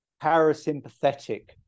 parasympathetic